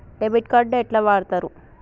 Debit card ఎట్లా వాడుతరు?